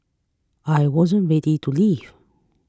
I wasn't ready to leave